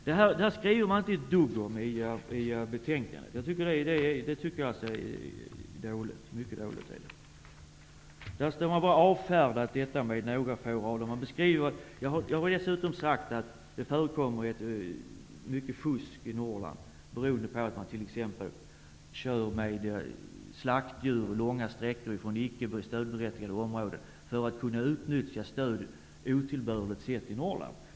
Det skriver utskottet nästan inte ett dugg om i betänkandet, och det tycker jag är mycket dåligt. Man bara avfärdar det med några få rader. Jag har dessutom sagt att det förekommer mycket fusk. Exempelvis kör man med slaktdjur långa sträckor från icke stödberättigade områden för att på ett otillbörligt sätt kunna utnyttja Norrlandsstödet.